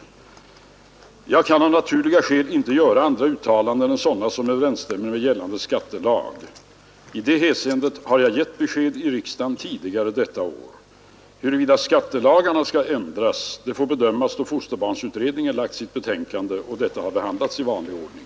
Jag kan av naturliga skäl inte göra andra uttalanden än sådana som överensstämmer med gällande skattelag. I det hänseendet har jag gett besked i riksdagen tidigare detta år. Huruvida skattelagarna skall ändras får bedömas då fosterbarnsutredningen lagt fram sitt betänkande och detta behandlats i vanlig ordning.